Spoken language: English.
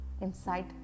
inside